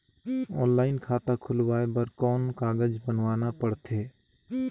Online खाता खुलवाय बर कौन कागज बनवाना पड़थे?